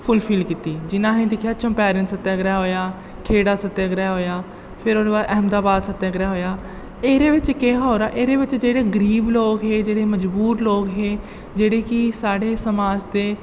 fulfil कीती जि'यां असें दिक्खेआ चंपारन सत्याग्रह होएआ खेढ़ा सत्याग्रह होएआ फिर ओह्दे बाद अहमदाबाद सत्याग्रह होएआ एह्दे बिच्च केह् हा ओह्दा एह्दे बिच्च जेह्ड़े गरीब लोक हे जेह्ड़े मजबूर लोक हे जेह्ड़े कि साढ़े समाज दे